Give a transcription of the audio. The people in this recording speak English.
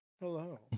Hello